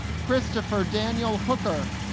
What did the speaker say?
christopher daniel hooker